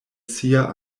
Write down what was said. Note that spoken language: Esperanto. sia